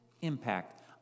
impact